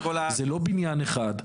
זה לא בניין אחד.